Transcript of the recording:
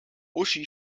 uschi